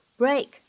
，break